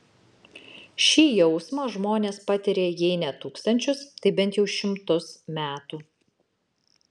šį jausmą žmonės patiria jei ne tūkstančius tai bent jau šimtus metų